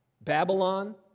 Babylon